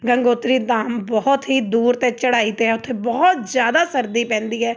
ਗੰਗੋਤਰੀ ਧਾਮ ਬਹੁਤ ਹੀ ਦੂਰ ਅਤੇ ਚੜਾਈ 'ਤੇ ਹੈ ਉੱਥੇ ਬਹੁਤ ਜ਼ਿਆਦਾ ਸਰਦੀ ਪੈਂਦੀ ਹੈ